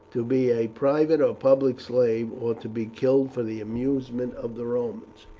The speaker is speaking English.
to be a private or public slave, or to be killed for the amusement of the romans.